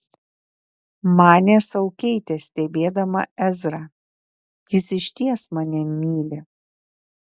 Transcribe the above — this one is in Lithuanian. manė sau keitė stebėdama ezrą jis išties mane myli